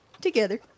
Together